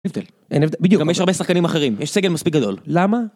אין הבדל. בדיוק. גם יש הרבה שחקנים אחרים. יש סגל מספיק גדול. למה?